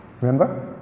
Remember